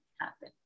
happen